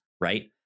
right